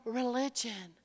religion